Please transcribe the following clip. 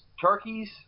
Turkeys